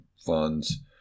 funds